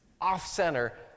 off-center